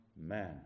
man